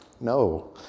No